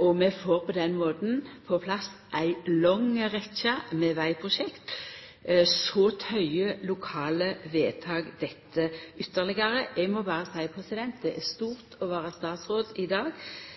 Og vi får på den måten på plass ei lang rekkje med vegprosjekt. Så tøyer lokale vedtak dette ytterlegare. Eg må berre seia at det er stort å vere statsråd i dag,